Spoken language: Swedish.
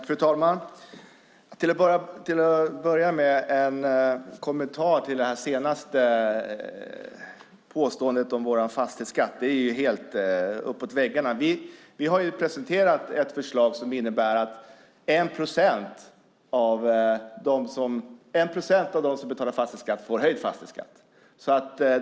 Fru talman! Till att börja med vill jag ge en kommentar till det avslutande påståendet om vår fastighetsskatt. Det är helt uppåt väggarna. Vi har presenterat ett förslag som innebär att 1 procent av dem som betalar fastighetsskatt får höjd fastighetsskatt.